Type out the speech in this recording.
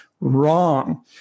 wrong